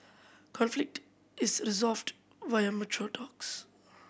conflict is resolved via mature talks